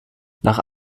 nach